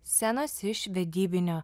scenos iš vedybinio